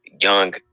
young